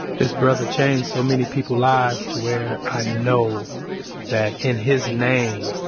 this brother changed so many people lives to where i know that, in his name,